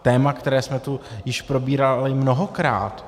Téma, které jsme tu již probírali mnohokrát.